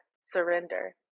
surrender